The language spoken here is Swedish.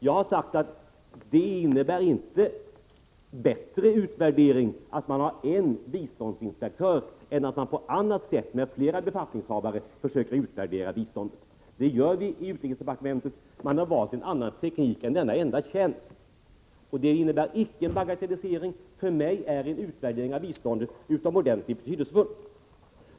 Jag har sagt att det innebär inte bättre utvärdering att man har en biståndsinspektör än att man på annat sätt, med flera befattningshavare, försöker utvärdera biståndet. Det görs i utrikesdepartementet. Man har valt en annan teknik än denna enda tjänst. Det innebär ingen bagatellisering. För mig är en utvärdering av biståndet utomordentligt betydelsefull.